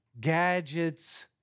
gadgets